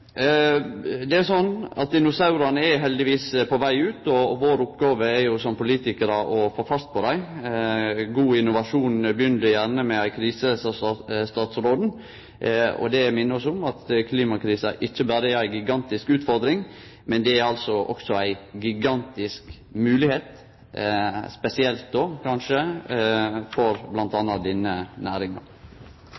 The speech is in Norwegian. Det er sånn at dinosaurane heldigvis er på veg ut, og vår oppgåve som politikarar er å få fart på dei. «God innovasjon begynner med en krise», sa statsråden. Det minner oss om at klimakrisa ikkje berre er ei gigantisk utfordring, men det er også ei gigantisk moglegheit spesielt